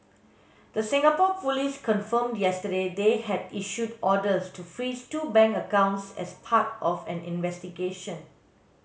the Singapore police confirmed yesterday they had issued orders to freeze two bank accounts as part of an investigation